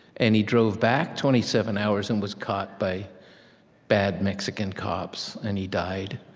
and he drove back twenty seven hours and was caught by bad mexican cops, and he died.